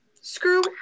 Screw